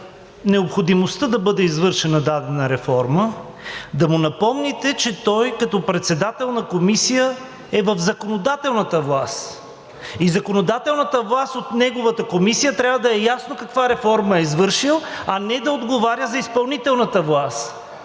необходимостта да бъде извършена дадена реформа, да му напомните, че той като председател на комисия е в законодателната власт и законодателната власт от неговата комисия трябва да е наясно каква реформа е извършил, а не да отговаря за изпълнителната власт,